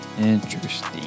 Interesting